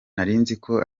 narinziko